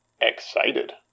Excited